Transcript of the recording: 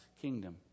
kingdom